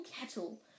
kettle